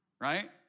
right